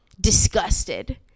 disgusted